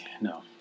no